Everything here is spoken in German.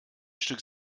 stück